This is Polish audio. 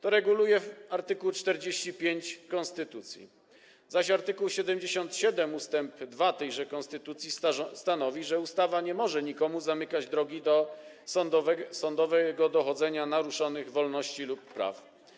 To reguluje art. 45 konstytucji, zaś art. 77 ust. 2 tejże konstytucji stanowi, że ustawa nie może nikomu zamykać drogi sądowej dochodzenia naruszonych wolności lub praw.